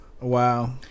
Wow